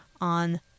on